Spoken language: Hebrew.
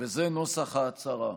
וזה נוסח ההצהרה: